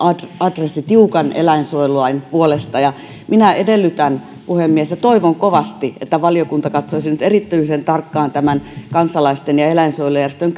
adressi tiukan eläinsuojelulain puolesta minä edellytän puhemies ja toivon kovasti että valiokunta katsoisi nyt erityisen tarkkaan tämän kansalaisten ja eläinsuojelujärjestöjen